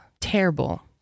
terrible